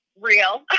real